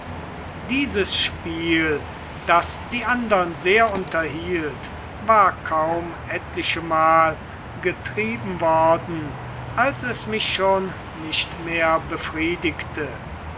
dieses spiel das die andern sehr unterhielt war kaum etlichemal getrieben worden als es mich schon nicht mehr befriedigte